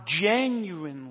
genuinely